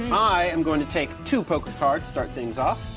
i am going to take two poker cards, start things off.